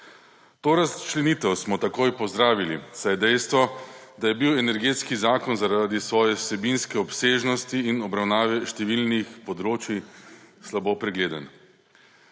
To razčlenitev smo takoj pozdravili, saj je dejstvo, da je bil Energetski zakon zaradi svoje vsebinske obsežnosti in obravnave številnih področij slabo pregleden.